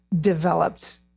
developed